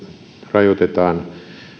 rajoitetaan